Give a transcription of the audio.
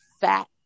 fat